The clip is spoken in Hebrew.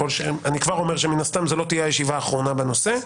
אני כבר אומר שמן הסתם זו לא תהיה הישיבה האחרונה בנושא.